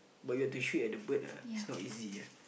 but you've to shoot at the bird ah it's not easy ah